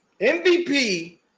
MVP